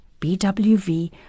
BWV